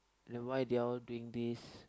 then why they all doing this